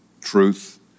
truth